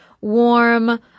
warm